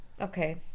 Okay